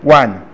one